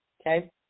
Okay